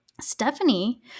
Stephanie